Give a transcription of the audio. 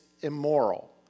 immoral